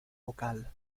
vocal